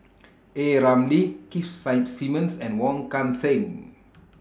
A Ramli Keith Simmons and Wong Kan Seng